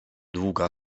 długa